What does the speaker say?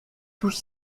tous